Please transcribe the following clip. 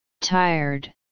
Tired